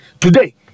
today